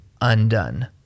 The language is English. undone